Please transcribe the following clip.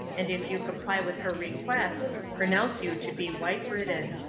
and if you comply with her requests pronounce you to be wife-ridden.